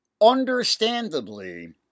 understandably